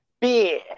Beer